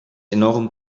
enorm